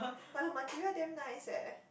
but the material damn nice eh